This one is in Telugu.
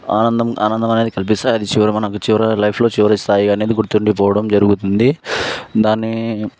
ఆనందం ఆనందం అనేది కల్పిస్తాయి అది మనకు చివరి లైఫ్లో చివరి స్థాయిగా గుర్తుండిపోవవడం జరుగుతుంది దాన్ని